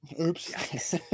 Oops